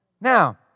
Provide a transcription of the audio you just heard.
Now